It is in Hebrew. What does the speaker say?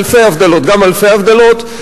אלפי הבדלות, גם אלפי הבדלות.